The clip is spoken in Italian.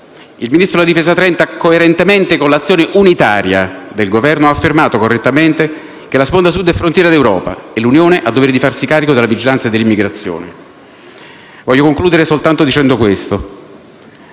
Il ministro della difesa Trenta, coerentemente con l'azione unitaria del Governo, ha affermato - correttamente - che la sponda Sud è frontiera d'Europa e l'Unione ha il dovere di farsi carico della vigilanza e dell'immigrazione. Voglio concludere dicendo